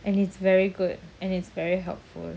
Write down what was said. and it's very good and it's very helpful